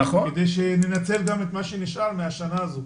כדי שננצל את מה שנשאר מהשנה הזאת.